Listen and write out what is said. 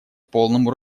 полному